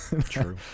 True